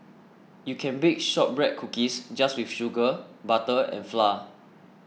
you can bake Shortbread Cookies just with sugar butter and flour